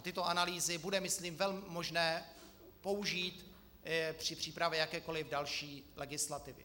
Tyto analýzy bude myslím velmi možné použít při přípravě jakékoli další legislativy.